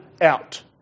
out